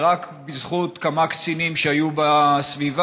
ורק בזכות כמה קצינים שהיו בסביבה,